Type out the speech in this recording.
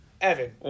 Evan